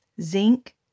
Zinc